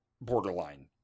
borderline